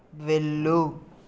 వెళ్ళు